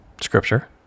scripture